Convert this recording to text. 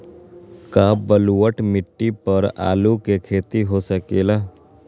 का बलूअट मिट्टी पर आलू के खेती हो सकेला?